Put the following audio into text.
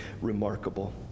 remarkable